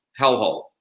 hellhole